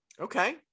Okay